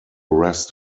rest